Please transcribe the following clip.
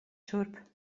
šurp